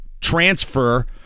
transfer